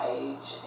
age